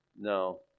no